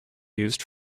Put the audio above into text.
used